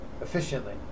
Efficiently